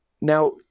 Now